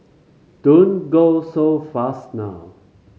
don't go so fast now